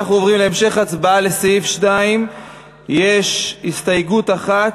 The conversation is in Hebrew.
אנחנו עוברים להמשך הצבעה על סעיף 2. יש הסתייגות אחת.